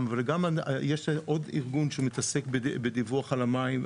גם יש עוד ארגון שמתעסק בדיווח על המים,